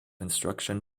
instruction